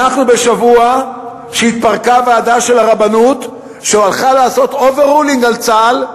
אנחנו בשבוע שהתפרקה ועדה של הרבנות שהלכה לעשות overruling על צה"ל,